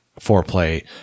foreplay